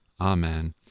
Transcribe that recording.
Amen